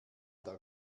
der